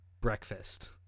breakfast